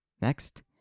Next